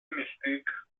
mystik